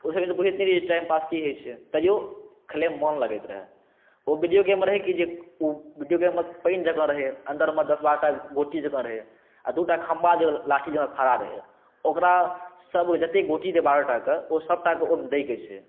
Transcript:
ओहि समय बुझैत नहि रहियै टाइम पास की होइ छै तैओ खेलय मे मोन लगैत रहय ओ विडियो गेम रहय की जे ओ विडियो गेममे पानि जेकाँ रहय अंदर मे दस बारह टा गोटी जेकाँ रहय आ दूटा खंभा लाठी जेकाँ खड़ा रहय ओकरा सब जते गोटी जे बारहो टाके ओ सबटाके ओ दै के छै